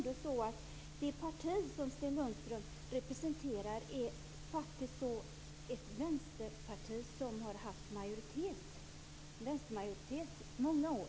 Det parti som Sten Lundström representerar är faktiskt ett vänsterparti, och vi har haft vänstermajoritet i Sverige i många år.